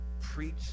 preach